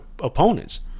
opponents